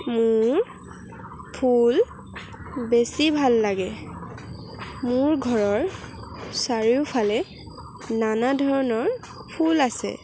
মোৰ ফুল বেছি ভাল লাগে মোৰ ঘৰৰ চাৰিওফালে নানা ধৰণৰ ফুল আছে